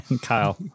Kyle